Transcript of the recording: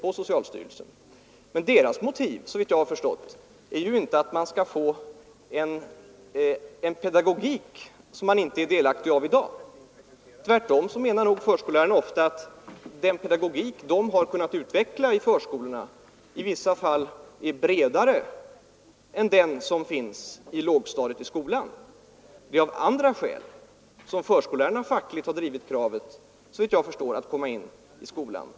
Men förbundets motiv är inte, såvitt jag har förstått, att man skall få en pedagogik som man inte är delaktig av i dag. Tvärtom menar nog förskollärarna ofta att den pedagogik som de har kunnat utveckla i förskolorna i vissa fall är bredare än den som finns på lågstadiet i grundskolan. Det är väl av delvis andra skäl som förskollärarna fackligt har drivit kravet att komma in under skolöverstyrelsen.